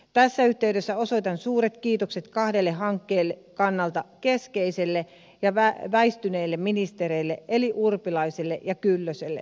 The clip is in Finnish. tässä yhteydessä osoitan suuret kiitokset kahdelle hankkeen kannalta keskeiselle ja väistyneelle ministerille eli urpilaiselle ja kyllöselle